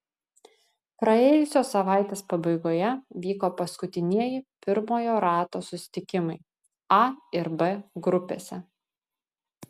praėjusios savaitės pabaigoje vyko paskutinieji pirmojo rato susitikimai a ir b grupėse